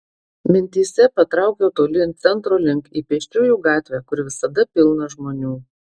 mintyse patraukiau tolyn centro link į pėsčiųjų gatvę kur visada pilna žmonių